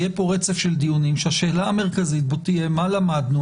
יהיה פה רצף דיונים שהשאלה המרכזית בהם תהיה מה למדנו,